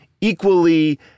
equally